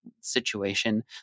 situation